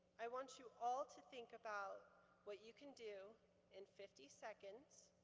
i want you all to think about what you can do in fifty seconds.